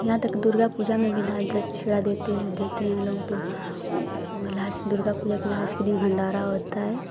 यहाँ तक दुर्गा पूजा में भी दान दक्षिणा देते हैं देते हैं लोग तो लास्ट दुर्गा पूजा के लास्ट के दिन भण्डारा होता है